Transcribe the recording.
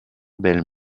belle